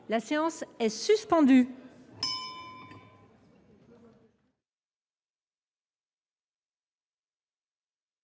La séance est suspendue.